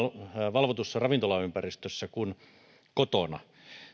valvotussa ravintolaympäristössä kuin kotona